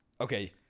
Okay